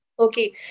Okay